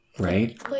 Right